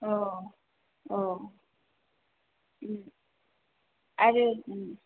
अ अ आरो